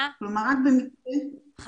זה